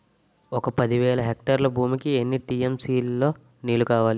ఒక పది వేల హెక్టార్ల భూమికి ఎన్ని టీ.ఎం.సీ లో నీరు కావాలి?